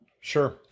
Sure